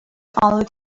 only